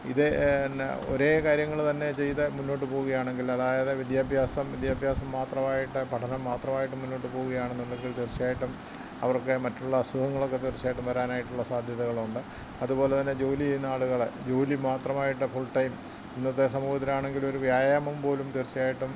ഇതെ എന്ന ഒരേ കാര്യങ്ങൾ തന്നെ ചെയ്തു മുൻപോട്ട് പോകുകയാണെങ്കിൽ അതായത് വിദ്യാഭ്യാസം വിദ്യാഭ്യാസം മാത്രം ആയിട്ട് പഠനം മാത്രം ആയിട്ട് മുൻപോട്ടു പോകുകയാണെന്നുണ്ടെങ്കിൽ തീർച്ചയായിട്ടും അവർക്ക് മറ്റുള്ള അസുഖങ്ങളൊക്കെ തീർച്ചയായിട്ടും വരാനായിട്ടുള്ള സാദ്ധ്യതകൾ ഉണ്ട് അതുപോലെ തന്നെ ജോലി ചെയുന്ന ആളുകൾ ജോലി മാത്രമായിട്ട് ഫുൾ ടൈം ഇന്നത്തെ സമൂഹത്തിന് ആണെങ്കിൽ ഒരു വ്യായാമം പോലും തീർച്ചയായിട്ടും